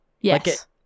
Yes